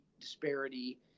disparity